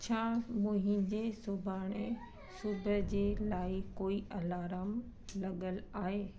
छा मुंहिंजे सुभाणे सुबुह जे लाइ कोई अलार्म लॻल आहे